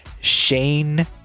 Shane